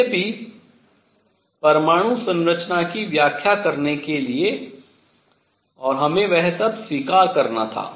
यद्यपि परमाणु संरचना की व्याख्या करने के लिए और हमें वह सब स्वीकार करना था